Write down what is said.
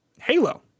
halo